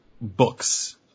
books